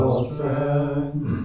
strength